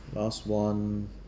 last one